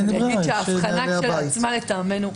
ההבחנה כשלעצמה, לטעמנו,